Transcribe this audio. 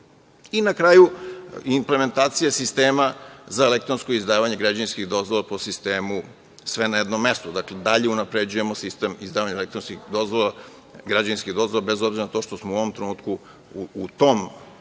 i, na kraju, implementacija sistema za elektronsko izdavanje građevinskih dozvola, po sistemu sve na jednom mestu. Dakle, dalje unapređujemo sistem izdavanja elektronskih dozvola, građevinskih dozvola, bez obzira na to što smo u ovom trenutku, u tom